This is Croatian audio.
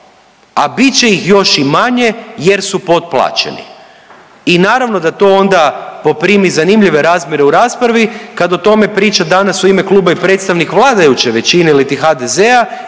a bit će ih još i manje jer su potplaćeni. I naravno da to onda poprimi zanimljive razmjere u raspravi kad o tome priča danas u ime kluba i predstavnik vladajuće većine ili HDZ-a